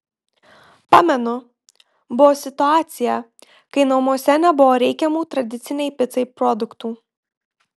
pamenu buvo situacija kai namuose nebuvo reikiamų tradicinei picai produktų